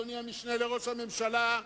אדוני המשנה לראש הממשלה,